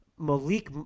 Malik